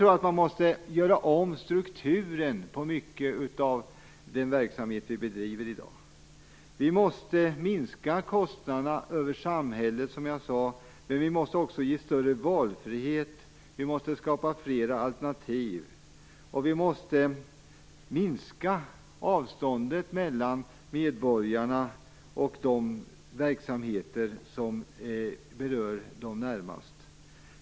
Man måste göra om strukturen på mycket av den verksamhet som bedrivs. Vi måste minska kostnaderna för samhället, men vi måste också ge större valfrihet och skapa flera alternativ. Vi måste minska avståndet mellan medborgarna och de verksamheter som närmast berör dessa.